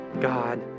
God